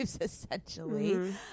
essentially